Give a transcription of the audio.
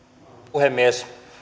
puhemies